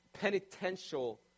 penitential